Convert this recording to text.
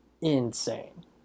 insane